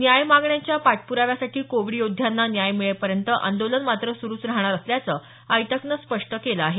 न्याय्य मागण्यांच्या पाठप्राव्यासाठी कोविड योध्यांना न्याय मिळेपर्यंत आंदोलन मात्र सुरुच राहणार असल्याचं आयटकनं स्पष्ट केलं आहे